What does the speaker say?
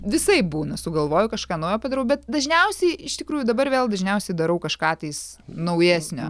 visaip būna sugalvoju kažką naujo padarau bet dažniausiai iš tikrųjų dabar vėl dažniausiai darau kažką tais naujesnio